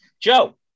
Joe